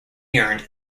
earned